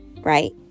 right